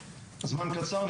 זמן קצר,